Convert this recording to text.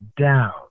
down